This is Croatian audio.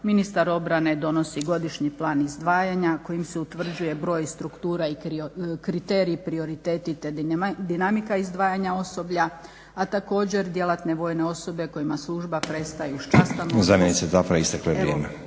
ministar obrane donosi godišnji plan izdvajanja kojim se utvrđuje broj struktura i kriterij, prioriteti te dinamika izdvajanja osoblja, a također djelatne vojne osobe kojima služba prestaje uz … /Upadica: Zamjenice Tafra isteklo je vrijeme./